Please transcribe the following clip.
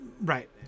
Right